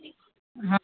हँ